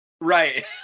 Right